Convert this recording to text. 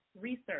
Research